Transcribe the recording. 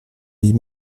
les